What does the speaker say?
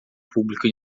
público